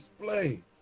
display